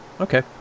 okay